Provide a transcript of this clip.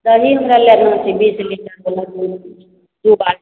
दही हमरा लेना छै बीस लीटर बला दू बाल्टी